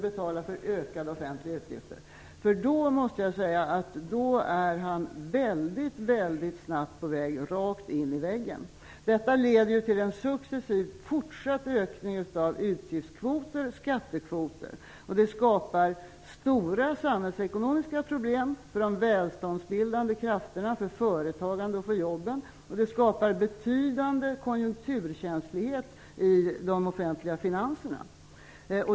I så fall måste jag säga att han väldigt snabbt är på väg rakt in i väggen. Detta leder till en successivt fortsatt ökning av utgiftskvoter och skattekvoter. Det skapar stora samhällsekonomiska problem för de välståndsbildande krafterna, för företagande och för jobben, och det skapar betydande konjunkturkänslighet i de offentliga finanserna.